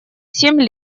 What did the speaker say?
семь